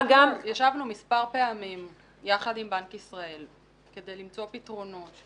ישבנו מספר פעמים יחד עם בנק ישראל כדי למצוא פתרונות.